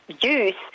youth